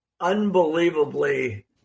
unbelievably